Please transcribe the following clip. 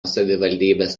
savivaldybės